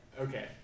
Okay